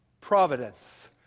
providence